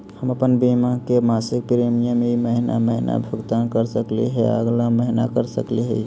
हम अप्पन बीमा के मासिक प्रीमियम ई महीना महिना भुगतान कर सकली हे, अगला महीना कर सकली हई?